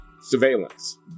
surveillance